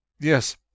Yes